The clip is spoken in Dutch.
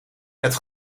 het